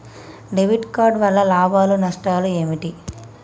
Debit card వల్ల లాభాలు నష్టాలు ఏమిటి?